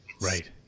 Right